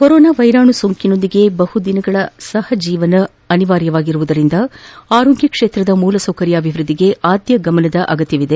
corona ವೈರಾಣು ಸೋಂಕಿನೊಂದಿಗೆ ಬಹುದಿನಗಳ ಸಹ ಜೀವನ ಅನಿವಾರ್ನವಾಗಿರುವುದರಿಂದ ಆರೋಗ್ನ ಕ್ಷೇತ್ರದ ಮೂಲಸೌಕರ್ಯಾಭಿವೃದ್ದಿಗೆ ಆದ್ದ ಗಮನದ ಅಗತ್ಯವಿದೆ